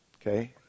Okay